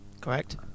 Correct